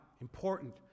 important